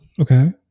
okay